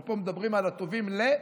אפרופו מדברים על "הטובים ל",